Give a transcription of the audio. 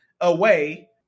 away